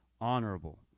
honorable